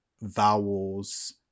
vowels